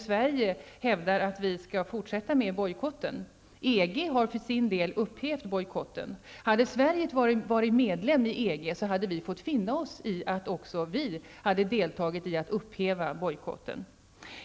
Sverige hävdar att vi skall fortsätta med bojkotten. EG har för sin del upphävt bojkotten. Hade Sverige varit medlem i EG hade vi fått finna oss i att delta i upphävandet av bojkotten.